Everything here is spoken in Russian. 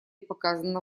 показано